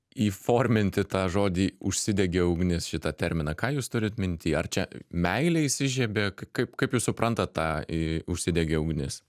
įforminti tą žodį užsidegė ugnis šitą terminą ką jūs turit minty ar čia meilė įsižiebė kaip kaip jūs suprantat tą į užsidegė ugnis